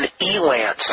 Elance